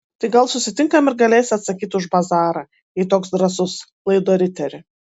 tai gal susitinkam ir galėsi atsakyt už bazarą jei toks drąsus laido riteri